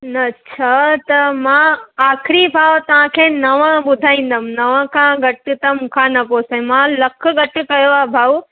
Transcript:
न छह त मां आख़िरी भाव तव्हांखे नव ॿुधाईंदमि नव खां घटि त मूंखां न पुसे मां लखु घटि कयो आहे भाऊ